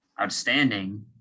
outstanding